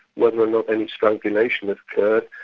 whether or not any strangulation occurred,